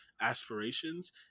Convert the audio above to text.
aspirations